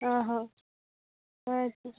ᱚ ᱦᱚᱸ ᱟᱪᱪᱷᱟ